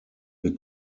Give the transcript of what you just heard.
wir